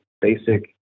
basic